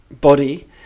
body